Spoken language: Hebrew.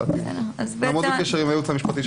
עניין טכני.